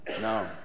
No